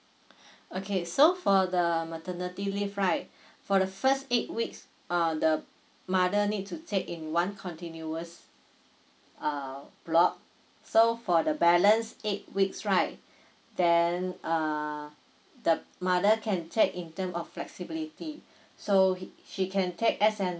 okay so for the maternity leave right for the first eight weeks uh the mother need to take in one continuous uh block so for the balance eight weeks right then err the mother can take in term of flexibility so he she can take as and